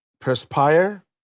perspire